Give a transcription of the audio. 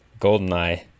GoldenEye